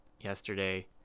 yesterday